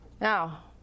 Now